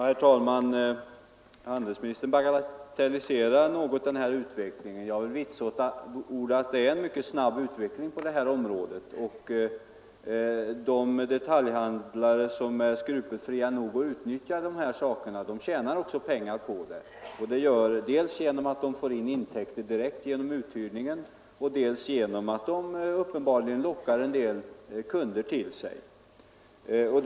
Herr talman! Handelsministern bagatelliserar något den här utvecklingen. Jag vill understryka att utvecklingen på området är mycket snabb, och de detaljhandlare som är skrupelfria nog att utnyttja de här anordningarna tjänar också pengar på det dels genom att uthyrningen direkt ger dem intäkter, dels genom att en del kunder uppenbarligen lockas till detaljhandeln på detta sätt.